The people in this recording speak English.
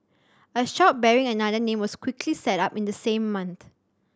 a shop bearing another name was quickly set up in the same month